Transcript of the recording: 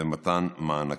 ומתן מענקים.